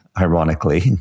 ironically